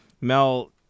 Mel